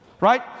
Right